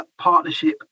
partnership